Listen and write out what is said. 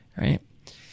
Right